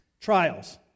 Trials